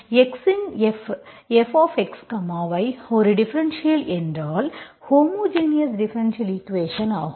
X இன் f fxy ஒரு differential என்றால் ஹோமோஜினஸ் டிஃபரென்ஷியல் ஈக்குவேஷன் ஆகும்